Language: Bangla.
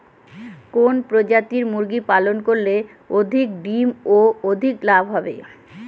কোন প্রজাতির মুরগি পালন করলে অধিক ডিম ও অধিক লাভ হবে?